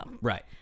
Right